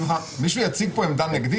שמחה, מישהו יציג פה עמדה נגדית?